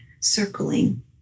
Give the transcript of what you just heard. circling